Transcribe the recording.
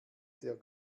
der